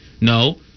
No